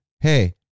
hey